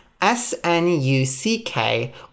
S-N-U-C-K